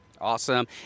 awesome